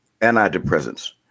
antidepressants